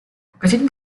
покажіть